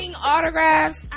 Autographs